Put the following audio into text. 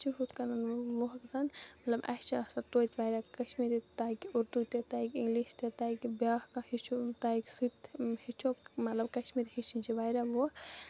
یہِ چھُ ہُتھکَنَن لوکلَن مطلب اَسہِ چھِ آسان توتہِ واریاہ کشمیری تَگہِ اردو تہِ تگہِ اِنگلِش تہِ تگہِ بیاکھ کانٛہہ ہیچھو تَگہِ سُہ تہِ ہیٚچھومطلب کشمیری ہیچھِنۍ چھِ واریاہ وۄکھہٕ